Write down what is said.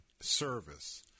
Service